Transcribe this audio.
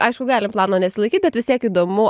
aišku galim plano nesilaikyt bet vis tiek įdomu